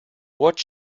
what